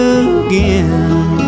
again